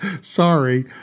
Sorry